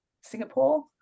Singapore